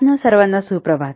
आपणा सर्वांना सुप्रभात